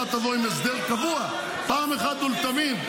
תבוא עם הסדר קבוע פעם אחת ולתמיד.